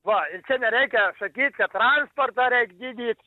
va ir čia nereikia sakyt kad transportą reik gydyt